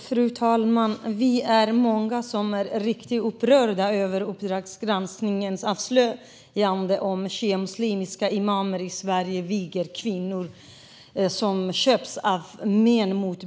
Fru talman! Vi är många som är riktigt upprörda över avslöjandena i Uppdrag granskning om att shiamuslimska imamer i Sverige mot betalning viger kvinnor som köps av män.